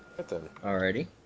Alrighty